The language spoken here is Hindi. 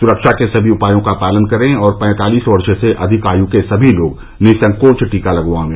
स्रक्षा के सभी उपायों का पालन करें और पैंतालीस वर्ष से अधिक आयु के सभी लोग निःसंकोच टीका लगवाएं